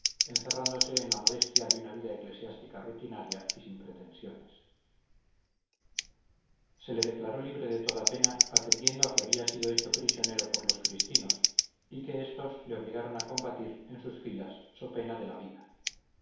encerrándose en la modestia de una vida eclesiástica rutinaria y sin pretensiones se le declaró libre de toda pena atendiendo a que había sido hecho prisionero por los cristinos y z que éstos le obligaron a combatir en sus filas so pena de la vida